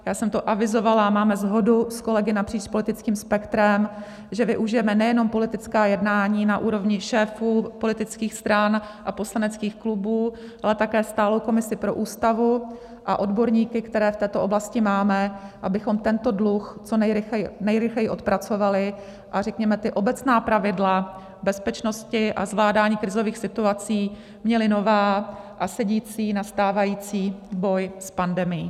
Já jsem to avizovala, máme shodu s kolegy napříč politickým spektrem, že využijeme nejenom politická jednání na úrovni šéfů politických stran a poslaneckých klubů, ale také stálou komisi pro Ústavu a odborníky, které v této oblasti máme, abychom tento dluh co nejrychleji odpracovali, a řekněme, ta obecná pravidla bezpečnosti a zvládání krizových situací měli nová a sedící na stávající boj s pandemií.